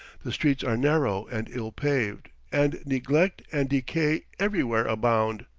the streets are narrow and ill-paved, and neglect and decay everywhere abound.